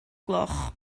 gloch